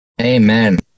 Amen